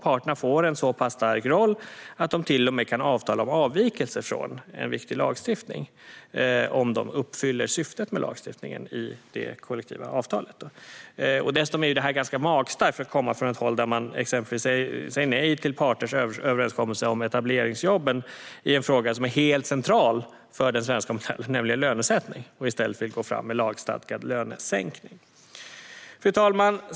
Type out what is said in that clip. Parterna får en så pass stark roll att de till och med kan avtala om avvikelser från en viktig lagstiftning om de uppfyller syftet med lagstiftningen i det kollektiva avtalet. Dessutom är det ganska magstarkt för att komma från ett håll där man exempelvis säger nej till parters överenskommelser om etableringsjobben i en fråga som är helt central för den svenska modellen, nämligen lönesättning, och i stället vill gå fram med lagstadgad lönesänkning. Fru talman!